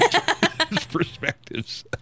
perspectives